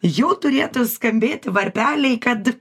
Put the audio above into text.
jau turėtų skambėti varpeliai kad